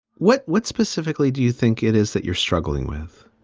what what specifically do you think it is that you're struggling with?